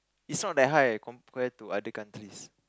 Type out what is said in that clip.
is not that high eh compared to other countries